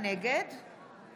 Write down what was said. נגד